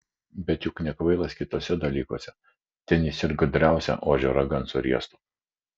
bet juk nekvailas kituose dalykuose ten jis ir gudriausią ožio ragan suriestų